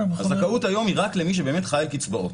הזכאות היום היא רק למי שבאמת חי על קצבאות,